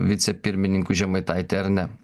vicepirmininku žemaitaitį ar ne